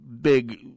big